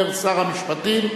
אומר שר המשפטים,